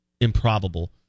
improbable